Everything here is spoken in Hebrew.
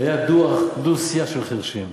היה דו-שיח של חירשים.